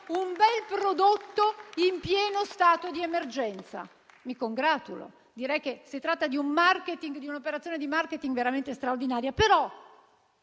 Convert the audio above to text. un bel prodotto in pieno stato di emergenza. Mi congratulo. Direi che si tratta di un'operazione di *marketing* veramente straordinaria. Anche